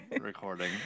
recording